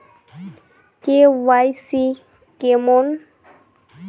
KYC কেঙ্গকরি update করিম?